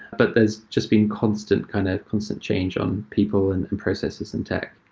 but there's just been constant kind of constant change on people and and processes and tech.